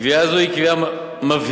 קביעה זו היא קביעה מבהירה,